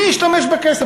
מי השתמש בכסף.